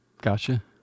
Gotcha